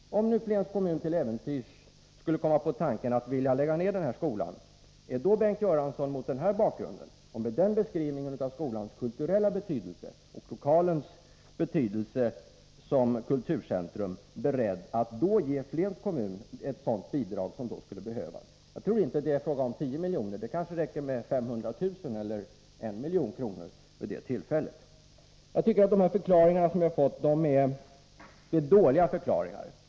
Om nu Flens kommun till äventyrs skulle komma på tanken att vilja lägga ned den här skolan, är då Bengt Göransson — mot denna ekonomiska bakgrund och mot bakgrunden av denna beskrivning av skolans kulturella betydelse och lokalens betydelse som kulturcentrum — beredd att ge Flens kommun ett sådant bidrag som skulle behövas? Jag tror inte att det är fråga om 10 milj.kr. — det kanske räcker med 500 000 eller 1 milj.kr. vid det tillfället. | Jag tycker att de förklaringar vi har fått är dåliga.